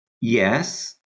yes